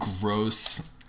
gross